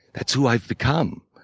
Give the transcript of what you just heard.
that's who i've become.